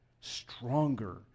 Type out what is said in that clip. stronger